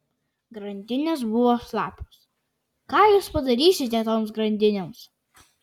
grandinės buvo šlapios ką jūs padarysite toms grandinėms